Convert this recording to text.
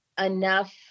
enough